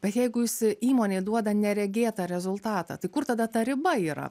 bet jeigu jis įmonei duoda neregėtą rezultatą tai kur tada ta riba yra